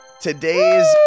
today's